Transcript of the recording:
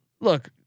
look